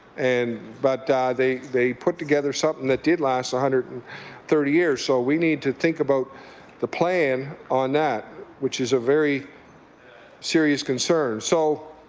and but ah they they put together something that did last one ah hundred and thirty years. so we need to think about the plan on that, which is a very serious concern. so